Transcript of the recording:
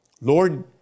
Lord